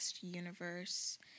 universe